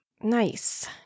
Nice